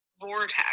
vortex